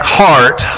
heart